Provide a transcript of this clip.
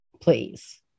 Please